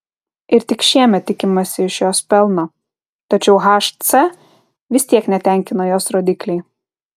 ir tik šiemet tikimasi iš jos pelno tačiau hc vis tiek netenkina jos rodikliai